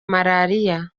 malariya